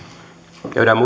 käydään